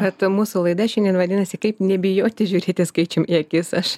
kad mūsų laida šiandien vadinasi kaip nebijoti žiūrėti skaičium į akis aš